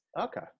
Okay